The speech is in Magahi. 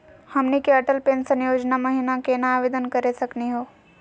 हमनी के अटल पेंसन योजना महिना केना आवेदन करे सकनी हो?